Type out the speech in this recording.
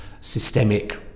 systemic